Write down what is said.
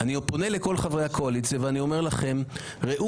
אני פונה לכל חברי הקואליציה ואני אומר לכם ראו